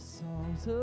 songs